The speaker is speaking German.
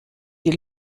die